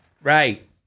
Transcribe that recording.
Right